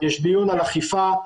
יש דיון על אכיפה,